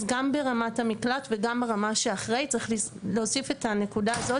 אז גם ברמת המקלט וגם ברמה שאחרי צריך להוסיף את הנקודה הזאת